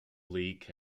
league